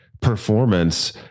performance